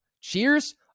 Cheers